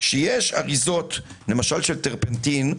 שיש אריזות, למשל של טרפנטין,